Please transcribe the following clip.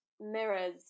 mirrors